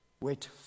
wait